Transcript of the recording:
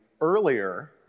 earlier